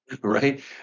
right